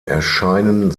erscheinen